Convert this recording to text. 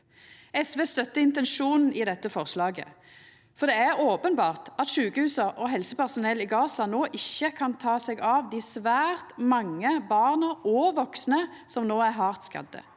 SV støttar intensjonen i dette forslaget, for det er openbert at sjukehusa og helsepersonellet i Gaza no ikkje kan ta seg av dei svært mange barna og vaksne som er hardt skadde.